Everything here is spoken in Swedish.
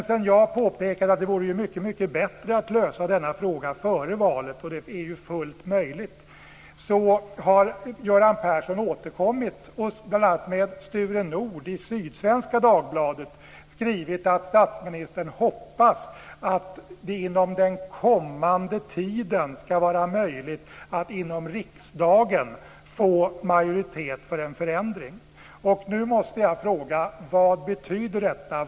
Sedan jag påpekade att det vore mycket bättre att lösa frågan före valet - och det är fullt möjligt - har Göran Persson återkommit med bl.a. Sture Nordh i Sydsvenska Dagbladet och skrivit att statsministern hoppas att det inom den kommande tiden ska vara möjligt att i riksdagen få majoritet för en förändring. Nu måste jag fråga: Vad betyder detta?